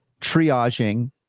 triaging